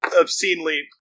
obscenely